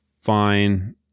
Fine